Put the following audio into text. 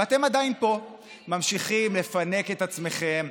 ואתם עדיין פה ממשיכים לפנק את עצמכם,